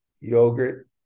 yogurt